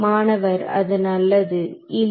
மாணவர் அது நல்லது இல்லை